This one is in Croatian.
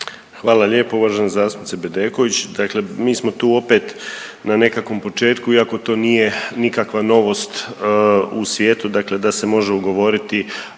Hvala lijepa uvažena zastupnice Bedeković. Dakle mi smo tu opet na nekakvom početku iako to nije nikakva novost u svijetu dakle da se može ugovoriti